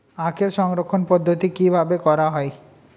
আখের সংরক্ষণ পদ্ধতি কিভাবে করা হয়?